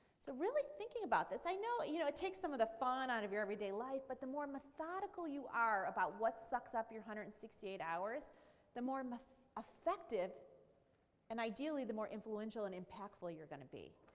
so really thinking about this. i know you know it takes some of the fun out of your everyday life, but the more methodical you are about what sucks up your one hundred and sixty eight hours the more and effective and ideally the more influential and impactful you're going to be.